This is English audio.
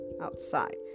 outside